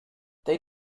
they